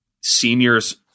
seniors